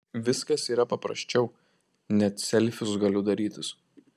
viskas yra paprasčiau net selfius galiu darytis